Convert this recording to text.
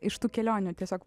iš tų kelionių tiesiog